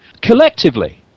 collectively